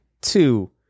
two